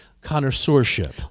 connoisseurship